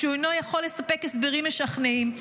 שאינו יכול לספק הסברים משכנעים.